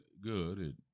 good